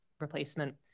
replacement